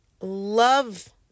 love